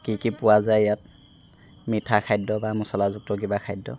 কি কি পোৱা যায় ইয়াত মিঠা খাদ্য বা মছলাযুক্ত কিবা খাদ্য